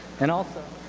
and also,